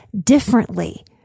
differently